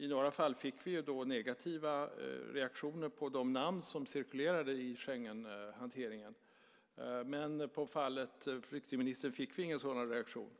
I några fall fick vi negativa reaktioner på de namn som cirkulerade i Schengenhanteringen. Men i fallet flyktingministern fick vi ingen sådan reaktion.